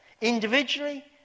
individually